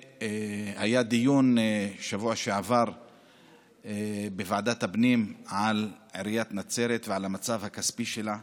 היה דיון בשבוע שעבר בוועדת הפנים על עיריית נצרת ועל המצב הכספי שלה.